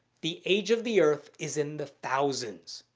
the age of the earth is in the thousands,